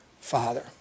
father